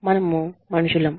మనం మనుషులం